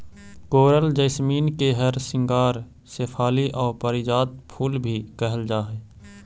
कोरल jasmine के हरसिंगार शेफाली आउ पारिजात फूल भी कहल जा हई